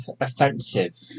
offensive